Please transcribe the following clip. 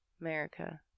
america